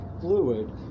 fluid